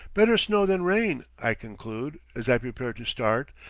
better snow than rain, i conclude, as i prepare to start,